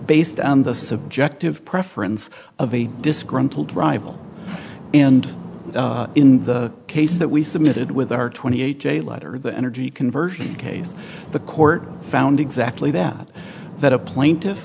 based on the subjective preference of a disgruntled rival and in the case that we submitted with our twenty eight day letter the energy conversion case the court found exactly that that a plaintiff